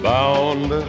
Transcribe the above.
Bound